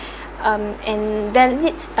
um and the needs